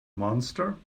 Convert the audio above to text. monster